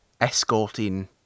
escorting